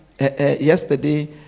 yesterday